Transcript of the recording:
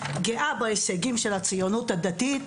גאה בהישגים של הציונות הדתית,